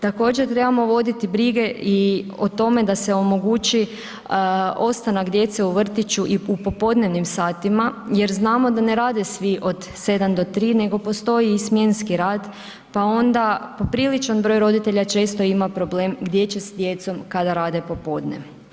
Također trebamo voditi brige i o tome da se omogući ostanak djece u vrtiću i u popodnevnim satima jer znamo da ne rade svi od 7 do 3 nego postoji i smjenski rad pa onda popriličan broj roditelja često ima problem gdje će s djecom kada rade popodne.